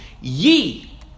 ye